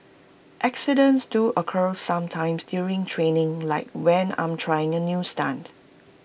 accidents do occur sometimes during training like when I'm trying A new stunt